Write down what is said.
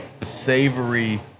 savory